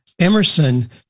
Emerson